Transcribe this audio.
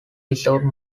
reserved